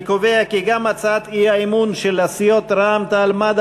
אני קובע כי גם הצעת האי-אמון של סיעות רע"ם-תע"ל-מד"ע,